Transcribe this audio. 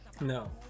No